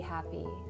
happy